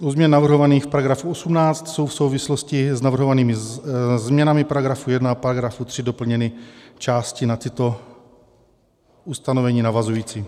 U změn navrhovaných v § 18 jsou v souvislosti s navrhovanými změnami § 1 a § 3 doplněny části na tato ustanovení navazující.